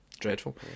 dreadful